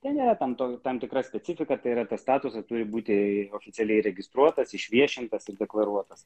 tai yra tam tokių tam tikra specifika tai yra tas statusas turi būti oficialiai įregistruotas išviešintas deklaruotas